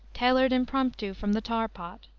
tailored impromptu from the tar-pot.